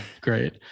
great